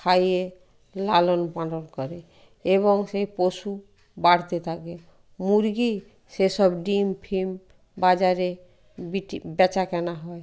খাইয়ে লালন পালন করে এবং সেই পশু বাড়তে থাকে মুরগি সেসব ডিম ফিম বাজারে বিটি বেচা কেনা হয়